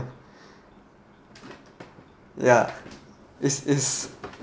ya it's it's